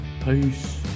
peace